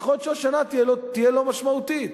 יכול להיות שהשנה תהיה לא משמעותית.